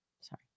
Sorry